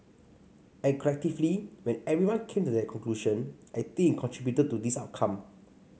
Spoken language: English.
and collectively when everyone came to that conclusion I think it contributed to this outcome